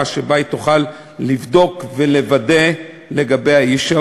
שבה היא תוכל לבדוק ולוודא לגבי האיש.